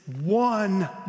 one